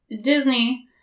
Disney